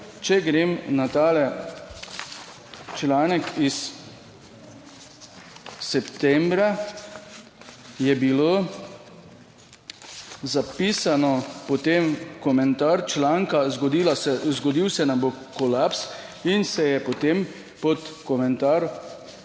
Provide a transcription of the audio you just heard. če grem na tale članek iz septembra, je bilo zapisano potem komentar članka, zgodila se je, zgodil se nam bo kolaps in se je potem pod komentar